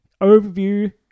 overview